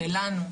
ולנו,